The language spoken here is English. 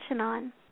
on